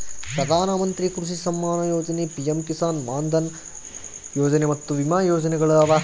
ಪ್ರಧಾನ ಮಂತ್ರಿ ಕೃಷಿ ಸಮ್ಮಾನ ಯೊಜನೆ, ಪಿಎಂ ಕಿಸಾನ್ ಮಾನ್ ಧನ್ ಯೊಜನೆ ಮತ್ತ ವಿಮಾ ಯೋಜನೆಗೊಳ್ ಅವಾ